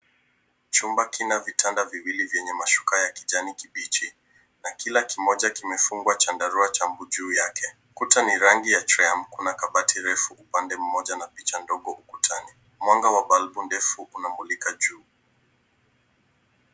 Chumba kina vitanda viwili yenye mashuka ya kijani kibichi na kila kimoja kimefungwa chandarua cha mbu juu yake. Kuta ni rangi ya tram . Kuna kabati refu upande wa moja na picha ndogo ukutani. Mwanga wa balbu ndefu unamulika juu.